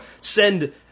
send